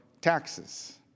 taxes